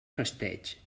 festeig